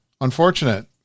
unfortunate